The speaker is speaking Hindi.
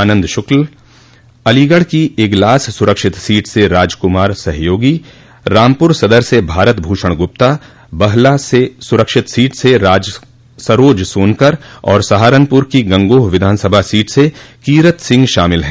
आंनद शुक्ला अलीगढ़ की इगलास सुरक्षित सीट से राजकुमार सहयोगी रामपुर सदर से भारत भूषण गुप्ता बलहा सुरक्षित सीट से सरोज सोनकर और सहारनपुर की गंगोह विधानसभा सीट से कीरत सिंह शामिल हैं